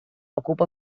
ocupa